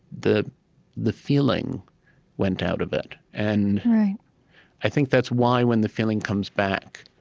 the the feeling went out of it. and i think that's why, when the feeling comes back,